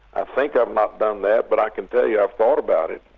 i think i've not done that, but i can tell you, i've thought about it.